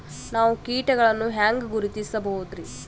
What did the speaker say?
ನಾವು ಕೀಟಗಳನ್ನು ಹೆಂಗ ಗುರುತಿಸಬೋದರಿ?